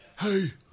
Hey